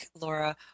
Laura